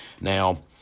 Now